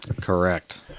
correct